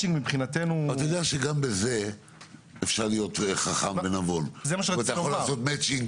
אתה יודע שגם בזה אפשר להיות חכם ונבון אתה יכול לעשות מצ'ינג